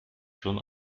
schon